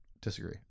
Disagree